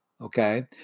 okay